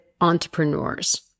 entrepreneurs